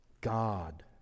God